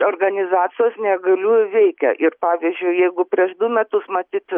organizacijos neįgaliųjų veikia ir pavyzdžiui jeigu prieš du metus matyt